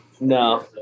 no